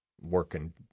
working